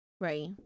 right